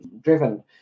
driven